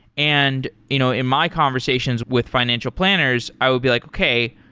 and you know in my conversations with financial planners, i will be like, okay.